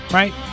right